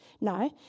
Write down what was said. No